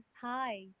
Hi